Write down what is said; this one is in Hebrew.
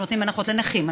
אנחנו נותנים הנחות לנכים,